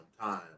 time